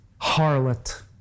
harlot